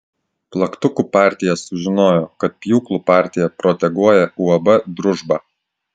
plaktukų partija sužinojo kad pjūklų partija proteguoja uab družba